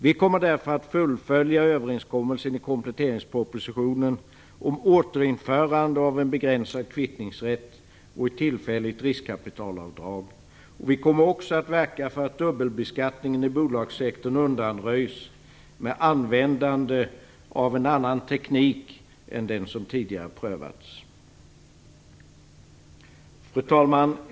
Vi kommer därför att fullfölja överenskommelsen i kompletteringspropositionen om återinförande av en begränsad kvittningsrätt och ett tillfälligt riskkapitalavdrag. Vi kommer också att verka för att dubbelbeskattningen i bolagssektorn undanröjs med användande av en annan teknik än den som tidigare prövats. Fru talman!